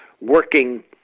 working